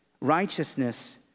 Righteousness